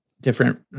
different